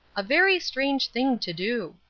a very strange thing to do.